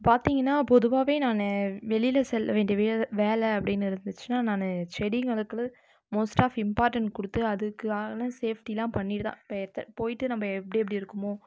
பார்த்தீங்கன்னா பொதுவாகவே நான் வெளியில் செல்ல வேண்டிய வேலை வேலை அப்படின்னு இருந்துச்சின்னா நான் செடிங்களுக்கு மோஸ்ட் ஆஃப் இம்ப்பார்டன்ட் கொடுத்து அதுக்கான சேஃப்ட்டியெல்லாம் பண்ணிட்டு தான் போயிட்டு நம்ம எப்படி எப்படி இருக்குமோ